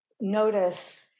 notice